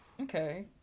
okay